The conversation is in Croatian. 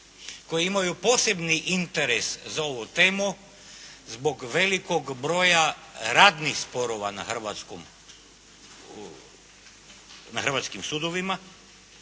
koje imaju posebni interes za ovu temu zbog velikog broja radnih sporova na hrvatskim sudovima